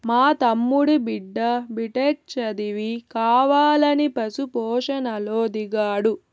మా తమ్ముడి బిడ్డ బిటెక్ చదివి కావాలని పశు పోషణలో దిగాడు